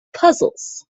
puzzles